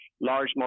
large